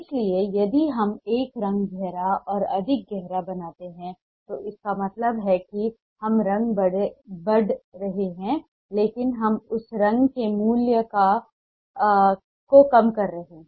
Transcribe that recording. इसलिए यदि हम एक रंग गहरा और अधिक गहरा बनाते हैं तो इसका मतलब है कि हम रंग बढ़ा रहे हैं लेकिन हम उस रंग के मूल्य को कम कर रहे हैं